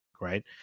right